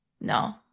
No